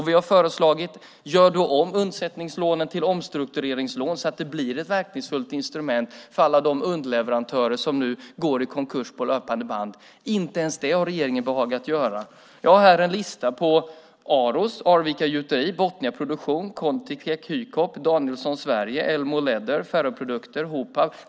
Vi har då föreslagit: Gör då om undsättningslånen till omstruktureringslån så att de blir ett verkningsfullt instrument för alla de underleverantörer som nu går i konkurs på löpande band! Men inte ens det har regeringen behagat göra. Jag har här en lista över drabbade företag: Aros, Arvika Gjuteri, Botnia Production, Contitech Hycop, Danielson Sverige, Elmo Leather, Ferroprodukter, Hopab .